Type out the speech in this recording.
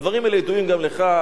הדברים האלה ידועים גם לך,